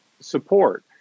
support